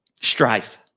Strife